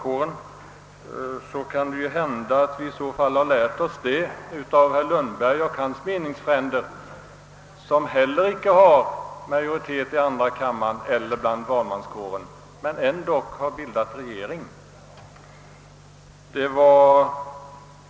I den mån detta är sant, har de väl lärt sig av herr Lundberg och hans meningsfränder, vilka inte heller har majoritet i andra kammaren eller i valmanskåren men ändå har bildat regering.